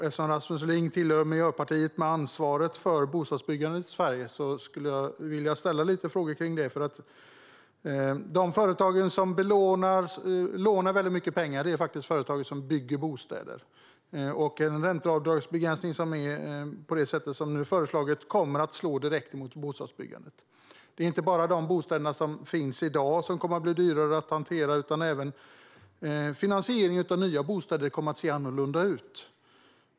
Eftersom Rasmus Ling tillhör Miljöpartiet, med ansvar för bostadsbyggandet i Sverige, skulle jag vilja ställa lite frågor kring det. De företag som lånar mycket pengar är nämligen företagen som bygger bostäder. En ränteavdragsbegränsning på det sätt som nu föreslås kommer att slå direkt mot bostadsbyggandet. Det är inte bara de bostäder som finns i dag som kommer att bli dyrare att hantera, utan även finansieringen av nya bostäder kommer att se annorlunda ut.